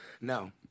No